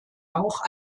auch